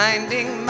Finding